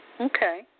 Okay